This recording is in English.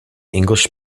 english